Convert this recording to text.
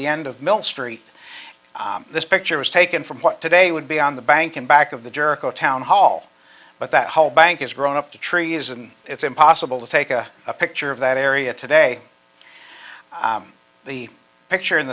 the end of mill street this picture was taken from what today would be on the bank in back of the jerk o town hall but that whole bank is grown up to trees and it's impossible to take a picture of that area today the picture in